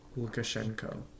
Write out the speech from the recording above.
Lukashenko